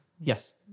Yes